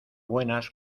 buenas